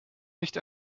nicht